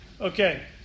Okay